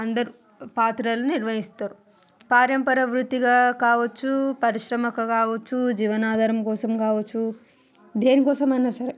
అందరూ పాత్రలు నిర్వహిస్తారు పారంపర్య వృత్తిగా కావచ్చు పరిశ్రమకు కావచ్చు జీవనాధారం కోసం కావచ్చు దేనికోసమైనా సరే